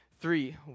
Three